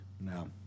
No